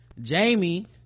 jamie